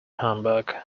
humbug